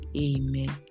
Amen